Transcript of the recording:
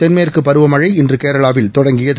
தென்மேற்கு பருவமழை இன்று கேரளாவில் தொடங்கியது